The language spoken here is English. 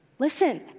Listen